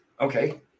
Okay